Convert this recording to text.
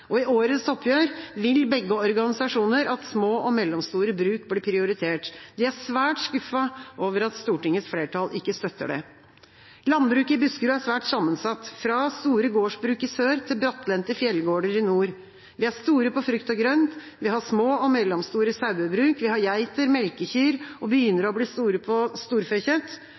og andre grupper i samfunnet. I årets oppgjør vil begge organisasjoner at små og mellomstore bruk blir prioritert. De er svært skuffet over at Stortingets flertall ikke støtter det. Landbruket i Buskerud er svært sammensatt, fra store gårdsbruk i sør til brattlendte fjellgårder i nord. Vi er store på frukt og grønt. Vi har små og mellomstore sauebruk, geiter, melkekyr og begynner å bli store på storfekjøtt.